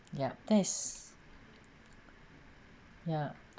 ya there's ya